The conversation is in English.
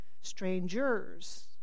strangers